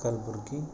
Kalaburagi